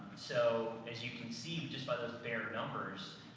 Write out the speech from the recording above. so as you can see, just by those bare numbers,